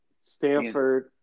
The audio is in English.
Stanford